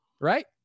Right